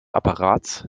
apparats